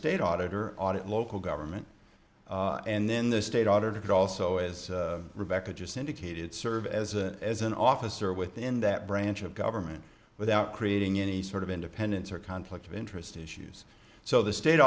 state auditor audit local government and then the state auditor could also as rebecca just indicated serve as a as an officer within that branch of government without creating any sort of independence or conflict of interest issues so the state